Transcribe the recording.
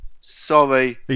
Sorry